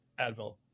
advil